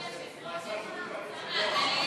ואכן,